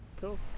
cool